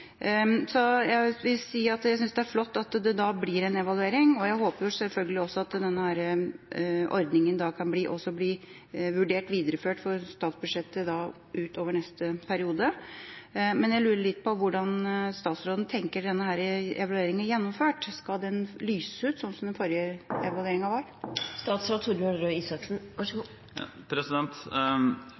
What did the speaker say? Jeg vil si at jeg syns det er flott at det blir en evaluering, og jeg håper sjølsagt også at denne ordninga kan bli vurdert videreført i statsbudsjettet utover neste periode. Men jeg lurer litt på hvordan statsråden tenker denne evalueringa gjennomført – skal den lyses ut, slik den forrige evalueringa